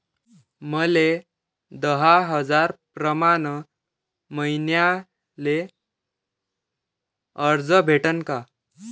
मले दहा हजार प्रमाण मईन्याले कर्ज भेटन का?